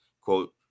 quote